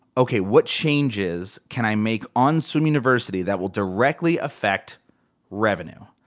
okay what changes can i make on swim university that will directly affect revenue,